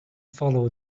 follow